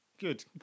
Good